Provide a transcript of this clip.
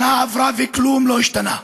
שנה עברה וכלום לא השתנה,